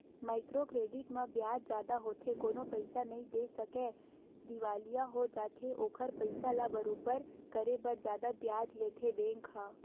micro credit म बियाज जादा होथे कोनो पइसा नइ दे सकय दिवालिया हो जाथे ओखर पइसा ल बरोबर करे बर जादा बियाज लेथे बेंक ह